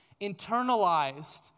internalized